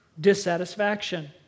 dissatisfaction